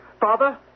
Father